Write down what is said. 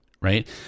Right